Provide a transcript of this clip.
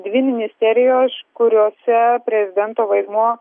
dvi ministerijos kuriuose prezidento vaidmuo